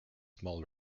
small